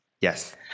Yes